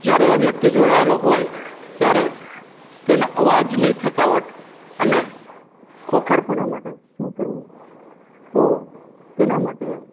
જ્યારે એ વ્યક્તિ જોડાએલો હોય ત્યારે તેના અવાજની થકાવટ અને ખોખરપણા માટે શું કરવું તો તેના માટે